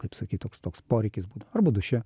kaip sakyt toks toks poreikis būdo arba duše